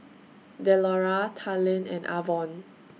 Delora Talen and Avon